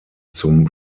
zum